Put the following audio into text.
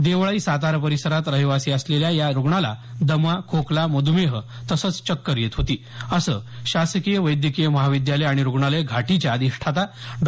देवळाई सातारा परिसरात रहिवाशी असलेल्या या रूग्णाला दमा खोकला मध्मेह तसंच चक्कर येत होती असं शासकीय वैद्यकीय महाविद्यालय आणि रुग्णालय घाटीच्या अधिष्ठाता डॉ